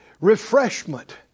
refreshment